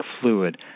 fluid